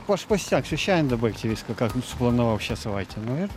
aš pasisegsiu šiandien dabaigti viską ką suplanavau šią savaitę nu ir